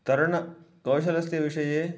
तरणकौशलस्य विषये